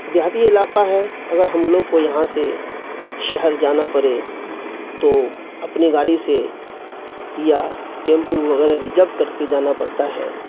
دیہاتی علاقہ ہے اگر ہم لوگ کو یہاں سے شہر جانا پرے تو اپنی گاڑی سے یا ٹیمپو وغیرہ ریزرو کر کے جانا پڑتا ہے